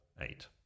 eight